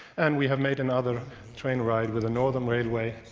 and we have made another train ride with the northern railway,